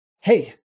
Hey